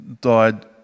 died